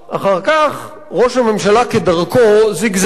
אחר כך ראש הממשלה, כדרכו, זיגזג,